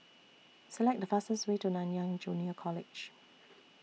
Select The fastest Way to Nanyang Junior College